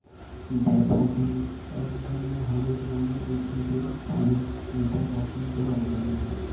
daffodil এক ধরনের হলুদ রঙের উদ্ভিদের ফুল যেটা বসন্তকালে জন্মায়